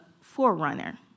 forerunner